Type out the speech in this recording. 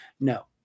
No